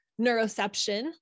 neuroception